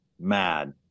mad